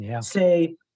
say